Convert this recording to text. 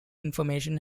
information